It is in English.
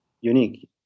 unique